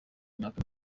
y’imyaka